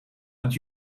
het